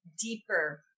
deeper